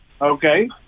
Okay